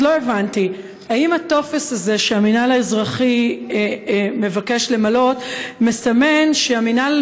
אז לא הבנתי: האם הטופס הזה שהמינהל האזרחי מבקש למלא מסמן שהמינהל